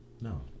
no